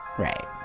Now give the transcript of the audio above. right!